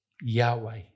Yahweh